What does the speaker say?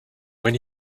when